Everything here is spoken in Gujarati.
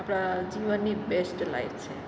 આપણાં જીવનની બેસ્ટ લાઇફ છે